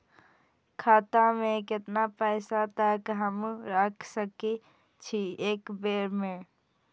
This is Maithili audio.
खाता में केतना पैसा तक हमू रख सकी छी एक बेर में?